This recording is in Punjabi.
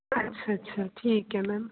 ਅੱਛਾ ਅੱਛਾ ਠੀਕ ਆ ਮੈਮ ਹਾਜੀ